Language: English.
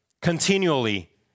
continually